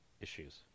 issues